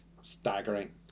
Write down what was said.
staggering